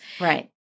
Right